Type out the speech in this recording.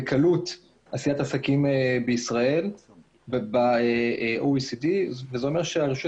בקלות עשיית עסקים בישראל וב-OECD וזה אומר שהיום רישוי